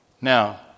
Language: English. Now